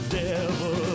devil